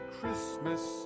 christmas